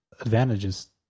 advantages